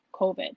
COVID